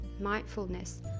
mindfulness